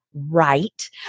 Right